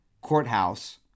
courthouse